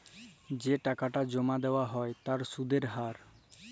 যে টাকাটা জমা দেয়া হ্য় তার সুধের হার